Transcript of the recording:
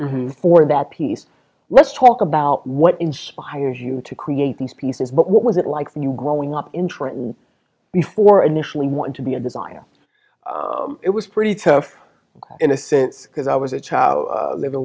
you for that piece let's talk about what inspires you to create these pieces but what was it like when you were growing up in trenton before initially want to be a designer it was pretty tough in a sense because i was a child living